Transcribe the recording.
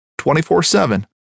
24-7